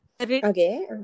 Okay